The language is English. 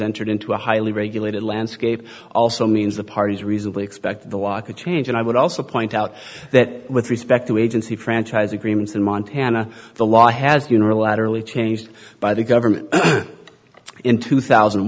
entered into a highly regulated landscape also means the parties reasonably expect the walk of change and i would also point out that with respect to agency franchise agreements in montana the law has unilaterally changed by the government in two thousand and